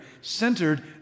centered